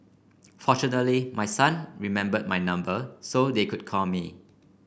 fortunately my son remember my number so they could call me